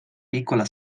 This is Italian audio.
piccola